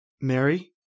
Mary